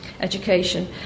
education